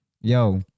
yo